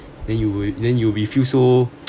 then you will then you will be feel so